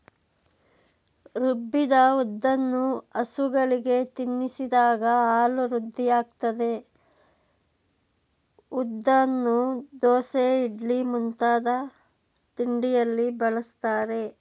ರುಬ್ಬಿದ ಉದ್ದನ್ನು ಹಸುಗಳಿಗೆ ತಿನ್ನಿಸಿದಾಗ ಹಾಲು ವೃದ್ಧಿಯಾಗ್ತದೆ ಉದ್ದನ್ನು ದೋಸೆ ಇಡ್ಲಿ ಮುಂತಾದ ತಿಂಡಿಯಲ್ಲಿ ಬಳಸ್ತಾರೆ